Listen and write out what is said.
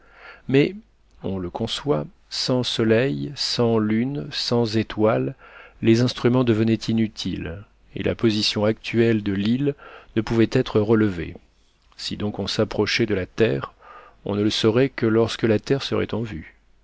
mais on le conçoit sans soleil sans lune sans étoiles les instruments devenaient inutiles et la position actuelle de l'île ne pouvait être relevée si donc on s'approchait de la terre on ne le saurait que lorsque la terre serait en vue